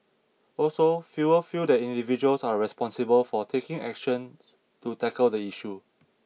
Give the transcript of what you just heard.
also fewer feel that individuals are responsible for taking action to tackle the issue